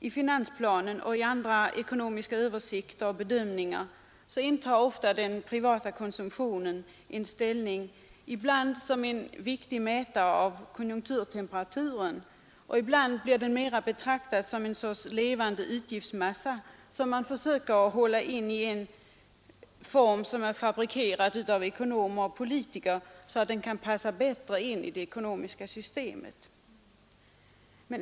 I finansplanen och i andra ekonomiska översikter och bedömningar intar ofta den privata konsumtionen en ställning som viktig mätare av konjunkturtemperaturen, och ibland blir den mera betraktad som en sorts levande utgiftsmassa som man försöker hålla i en av ekonomer och politiker fabricerad form, så att den passar bättre in i det ekonomiska systemet.